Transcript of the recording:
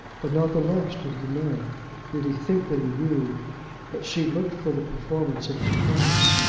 but not the less did he know did he think that he knew that she looked for the performance of his promise.